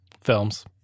films